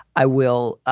i will,